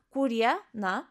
kurie na